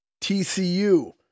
TCU